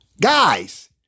Guys